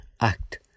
act